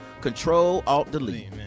Control-Alt-Delete